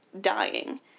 dying